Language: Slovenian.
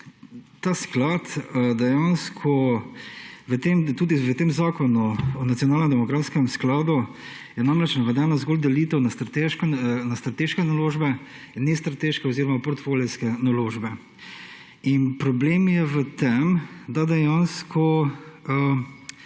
Ta sklad dejansko, tudi v tem zakon o nacionalnem demografskem skladu je namreč navedena zgolj delitev na strateške naložbe in nestrateške oziroma portfolijske naložbe. In problem je v tem, da dejansko